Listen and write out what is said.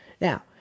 now